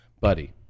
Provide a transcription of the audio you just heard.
Buddy